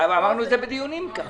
אמרנו את זה בדיונים כאן.